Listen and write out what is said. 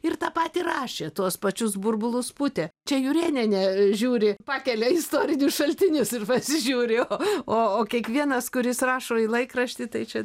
ir tą patį rašė tuos pačius burbulus pūtė čia jurėnienė žiūri pakelia istorinius šaltinius ir pasižiūri o o kiekvienas kuris rašo į laikraštį tai čia